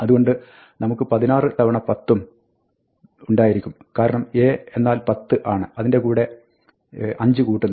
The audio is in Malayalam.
അതുകൊണ്ട് നമുക്ക് 16 തവണ 10 ഉണ്ടായിരിക്കും കാരണം A എന്നാൽ 10 ആണ് അതിന്റെ കൂടെ 5 കൂട്ടുന്നു